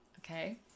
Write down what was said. okay